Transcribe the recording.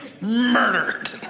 murdered